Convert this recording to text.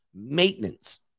Maintenance